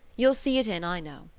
you'll see it in, i know.